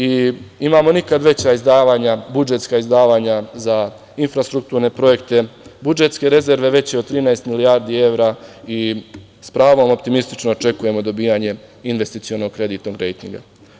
Imamo nikad veća izdavanja, budžetska izdavanja za infrastrukturne projekte, budžetske rezerve veće od 13 milijardi evra i s pravom optimistično očekujemo dobijanje investicionog kreditnog rejtinga.